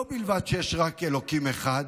לא זו בלבד שיש רק אלוקים אחד,